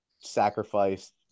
sacrificed